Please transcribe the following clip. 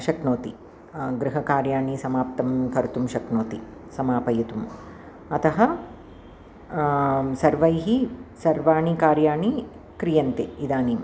शक्नोति गृहकार्याणि समाप्तिं कर्तुं शक्नोति समापयितुम् अतः सर्वैः सर्वाणि कार्याणि क्रियन्ते इदानीं